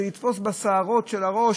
זה לתפוס בשערות הראש,